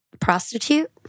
prostitute